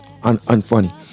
unfunny